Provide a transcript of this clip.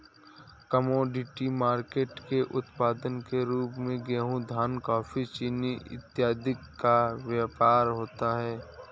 commodity market के उत्पाद के रूप में गेहूं धान कॉफी चीनी इत्यादि का व्यापार होता है